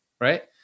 Right